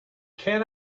can